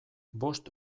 bost